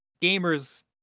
gamers